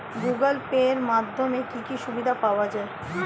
Google Pay এর মাধ্যমে কি কি সুবিধা পাওয়া যায়?